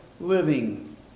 living